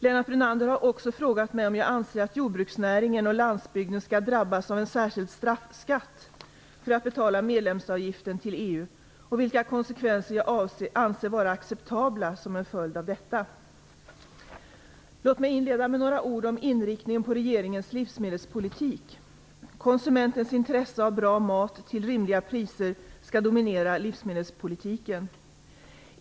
Lennart Brunander har också frågat mig om jag anser att jordbruksnäringen och landsbygden skall drabbas av en särskild straffskatt för att betala medlemsavgiften till EU och vilka konsekvenser jag anser vara acceptabla som en följd av detta. Låt mig inleda med några ord om inriktningen på regeringens livsmedelspolitik. Konsumentens intresse av bra mat till rimliga priser skall dominera livsmedelspoliltiken.